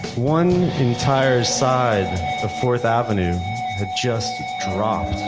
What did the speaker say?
one entire side of fourth avenue that just dropped.